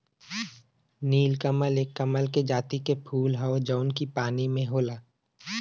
नीलकमल एक कमल के जाति के फूल हौ जौन की पानी में होला